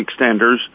extenders